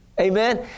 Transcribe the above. Amen